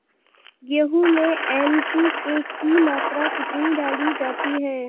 गेहूँ में एन.पी.के की मात्रा कितनी डाली जाती है?